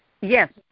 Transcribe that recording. Yes